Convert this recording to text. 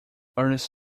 ernest